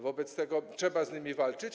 Wobec tego trzeba z nim walczyć.